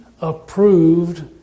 approved